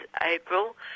April